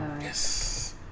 Yes